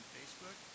Facebook